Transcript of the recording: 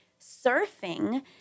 surfing